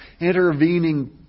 intervening